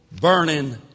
burning